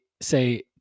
say